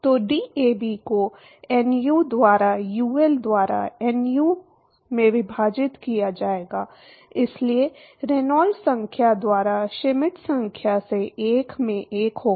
तो डीएबी को एनयू द्वारा यूएल द्वारा एनयू में विभाजित किया जाएगा इसलिए रेनॉल्ड्स संख्या द्वारा श्मिट संख्या से 1 में 1 होगा